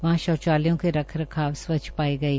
वहां शौचालयों के रख रखाव स्वच्छ पाये गये